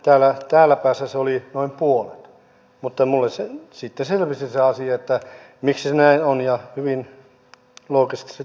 ylen täällä päässä se oli noin puolet mutta minulle sitten selvisi se asia miksi se näin on ja hyvin loogisesti se tuli sieltä